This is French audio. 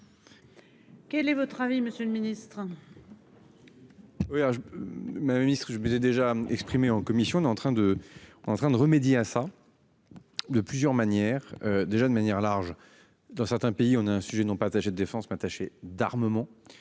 Quel est votre avis. Monsieur le Ministre. Oui je. M'Ministre je disais déjà exprimé en commission est en train de, en train de remédier à ça. De plusieurs manières. Déjà de manière large dans certains pays on a un sujet non pas attaché de défense mains tachées d'armement.